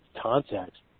context